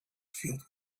filled